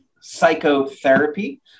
Psychotherapy